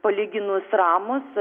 palyginus ramūs